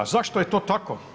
Zašto je to tako?